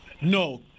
No